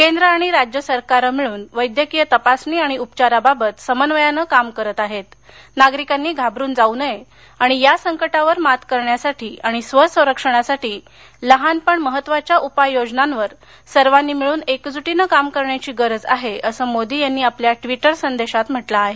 केंद्र आणि राज्य सरकारं मिळून वैद्यकीय तपासणी आणि उपचाराबाबत समन्वयान काम करत आहेत नागरिकांनी घाबरून जाऊ नये आणि या संकटावर मात करण्यासाठी आणि स्व संरक्षणासाठी लहान पण महत्वाच्या उपाय योजनांवर सर्वांनी मिळून एकजुटीन काम करण्याची गरज आहे असं मोदी यांनी आपल्या ट्वीटर संदेशात म्हंटल आहे